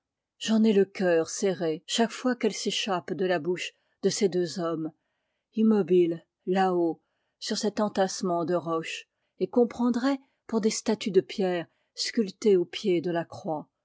j'en ai le cœur serré chaque fois qu'elle s'échappe de la bouche de ces deux hommes immobiles là-haut sur cet entassement de roches et qu'on prendrait pour des statues de pierre sculptées au pied de la croix